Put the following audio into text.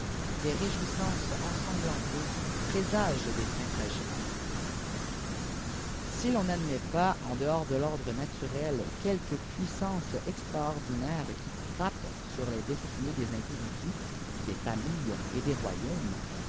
des réjouissances ensanglantées pré sagent des fins tragiques si l'on n'admet pas en dehoraderôltihè éaturd qâelctie puissance extraordinaire qui fmm mt ks destkiées des indradus ées familles et des roydubdei